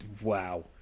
Wow